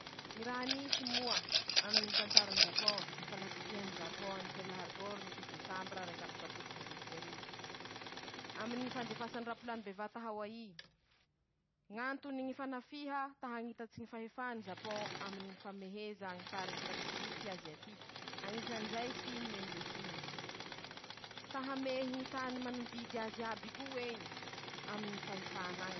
Ñy raha nisy moa aminy ñy tantarany Zapôn: ñy fanafihany Zapôn any Perila Haribôry ny fito desambira raik'amby efapolo sivanjato sy arivo, aminy ñy fanadefany rapolany bevata haoayy, ñ'antony fanafiha ta hañitatsy ñy fahefany Zapôn aminy ñy fameheza ñy faritsy pasifiky aziatiky, añisan'izay siny, no indôsiny, ta hamehy ñy tany mañodidy azy iaby koa ei, aminy ñy fahefany.